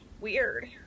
weird